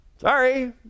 sorry